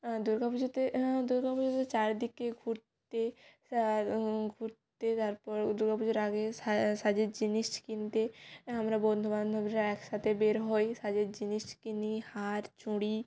দুর্গা পুজোতে দুর্গা পুজোতে চারদিকে ঘুরতে ঘুরতে তারপর দুর্গা পুজোর আগে সাজের জিনিস কিনতে আমরা বন্ধু বান্ধবরা একসাথে বের হই সাজের জিনিস কিনি হার চুরি